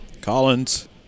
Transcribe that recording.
Collins